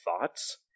thoughts